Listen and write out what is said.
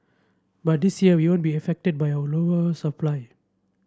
but this year we won't be affected by of lower supply